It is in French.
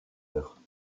heure